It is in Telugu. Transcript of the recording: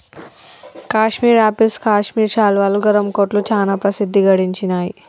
కాశ్మీర్ ఆపిల్స్ కాశ్మీర్ శాలువాలు, గరం కోట్లు చానా ప్రసిద్ధి గడించినాయ్